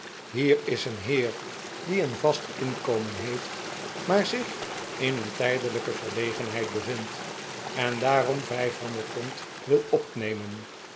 hier is een heer die een vast inkomen heeft maar zich in een tijdelijke verlegenheid bevindt en daarom vijfhonderd pond wil opnemen